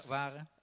waren